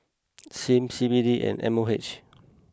Sim C B D and M O H